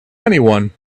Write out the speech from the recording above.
anyone